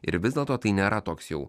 ir vis dėlto tai nėra toks jau